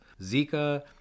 Zika